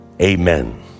Amen